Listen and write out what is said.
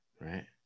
right